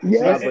Yes